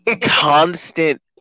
constant